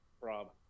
Rob